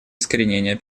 искоренения